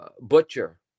butcher